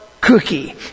cookie